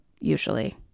usually